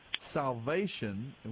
salvation